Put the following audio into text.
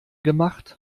gemacht